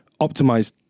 optimized